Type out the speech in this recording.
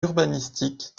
urbanistique